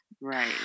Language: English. Right